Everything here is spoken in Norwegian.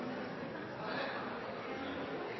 selv har jeg